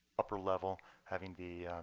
upper level having the